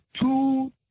two